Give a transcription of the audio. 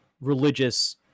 religious